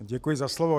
Děkuji za slovo.